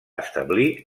establir